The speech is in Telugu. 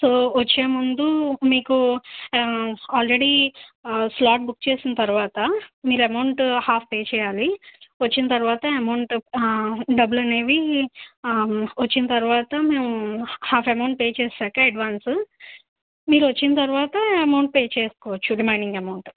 సో వచ్చేముందు మీకు ఆల్రెడీ ఫ్లాట్ బుక్ చేసిన తర్వాత మీరు అమౌంట్ హాఫ్ పే చెయ్యాలి వచ్చిన తర్వాత అమౌంట్ డబ్బులు అనేవి వచ్చిన తర్వాత మేము హాఫ్ అమౌంటు పే చేశాక అడ్వాన్స్ మీరు వచ్చిన తర్వాత అమౌంట్ పే చేసుకోవచ్చు రిమైనింగ్ అమౌంట్